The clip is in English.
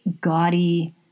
gaudy